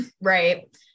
right